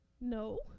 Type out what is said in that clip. No